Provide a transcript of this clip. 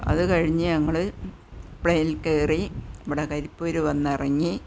അതു കഴിഞ്ഞ് ഞങ്ങൾ പ്ലെനില് കയറി ഇവിടെ കരിപ്പൂര് വന്ന് ഇറങ്ങി